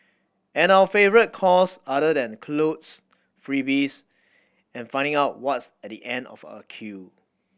and our favourite cause other than clothes freebies and finding out what's at the end of a queue